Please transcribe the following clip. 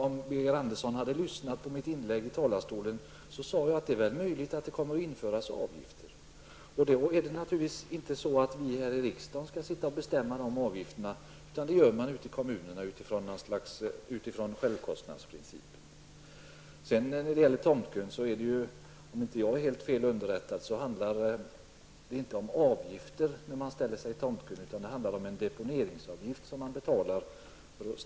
Om Birger Andersson hade lyssnat på mitt anförande från talarstolen hade han hört att jag sade att det är möjligt att det kommer att införas avgifter. Det är naturligtvis inte så att vi här i riksdagen skall bestämma de avgifterna, utan det gör man ute i kommunerna utifrån självkostnadsprincipen. Om inte jag är helt felunderrättad är det inte fråga om att man betalar avgifter när man ställer sig i tomtkö, utan det rör sig om en deponeringsavgift som man betalar.